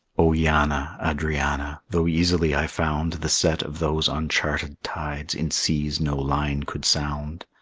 o yanna, adrianna, though easily i found the set of those uncharted tides in seas no line could sound,